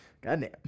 goddamn